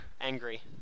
angry